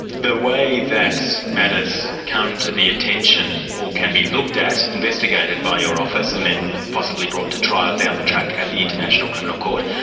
the way that matters come to the attention, or can be looked at, investigated by your office and then possibly brought to trial down the track at the international criminal court,